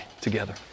together